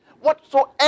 whatsoever